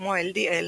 כמו LDL